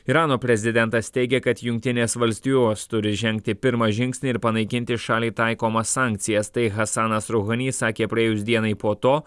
irano prezidentas teigia kad jungtinės valstijos turi žengti pirmą žingsnį ir panaikinti šaliai taikomas sankcijas tai hasanas ruhani sakė praėjus dienai po to